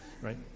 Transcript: Right